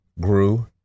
grew